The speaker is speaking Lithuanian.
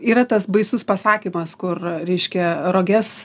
yra tas baisus pasakymas kur reiškia roges